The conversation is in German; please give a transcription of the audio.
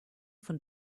von